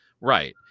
Right